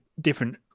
different